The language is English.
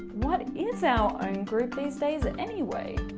what is our own group these days anyway?